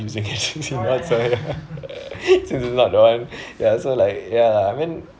using it since you know what I'm saying since he's not the one ya so like ya I mean